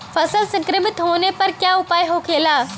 फसल संक्रमित होने पर क्या उपाय होखेला?